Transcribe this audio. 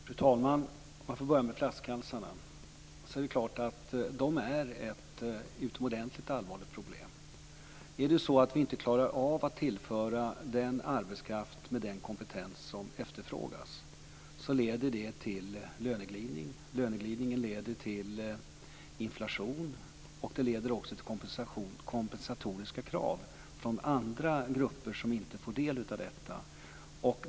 Fru talman! Jag börjar med flaskhalsarna. Det är klart att de är ett utomordentligt allvarligt problem. Om vi inte klarar av att tillföra arbetskraft med den kompetens som efterfrågas leder det till en löneglidning. Den leder till kompensatoriska krav från andra grupper som inte får del av det här.